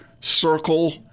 circle